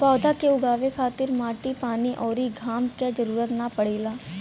पौधा के उगावे खातिर माटी पानी अउरी घाम क जरुरत ना पड़ेला